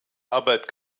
arbeit